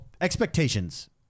expectations